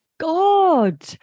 God